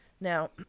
Now